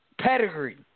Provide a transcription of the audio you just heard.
Pedigree